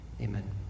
amen